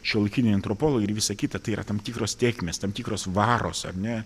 šiuolaikiniai antropologai ir visa kita tai yra tam tikros tėkmės tam tikros varos ar ne